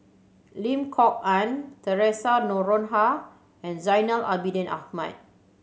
Lim Kok Ann Theresa Noronha and Zainal Abidin Ahmad